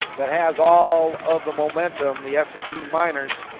that has all of the momentum, the s and t miners.